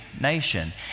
nation